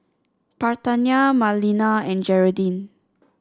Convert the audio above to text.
Parthenia Marlena and Jeraldine